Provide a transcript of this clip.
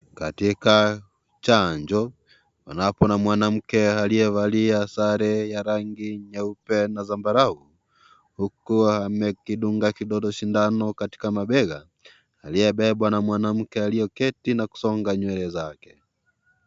Katika chanjo, unaona mwanamke aliyevaa sare ya rangi nyeupe na zambarau huku amekidungwa kidole sindano katika mabega, aliyebebwa na mwanamke aliyeketi na kusonga nywele zake.